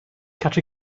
catch